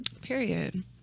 Period